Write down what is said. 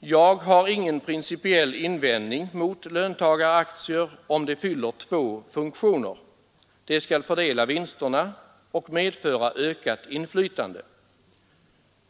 ”Jag har ingen principiell invändning mot löntagaraktier om de fyller två funktioner. De skall fördela vinsterna och medföra ökat inflytande.